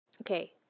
okay